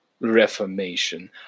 reformation